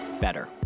better